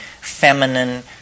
feminine